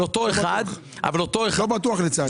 לצערי לא בטוח.